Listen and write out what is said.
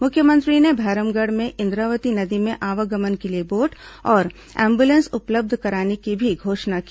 मुख्यमंत्री ने भैरमगढ़ में इंद्रावती नदी में आवागमन के लिए बोट और एंबुलेंस उपलब्ध कराने की भी घोषणा की